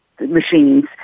machines